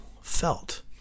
felt